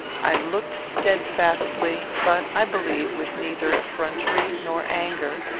i looked steadfastly, but, i believe, with neither effrontery nor anger,